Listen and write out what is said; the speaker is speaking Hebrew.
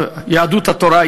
יהדות התורה,